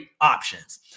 options